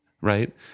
Right